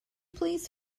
please